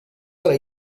tra